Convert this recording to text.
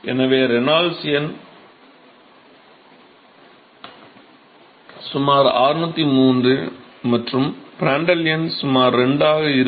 எனவே ரெனால்ட்ஸ் எண் சுமார் 603 மற்றும் பிராண்ட்டல் எண் சுமார் 2 ஆக இருக்கும்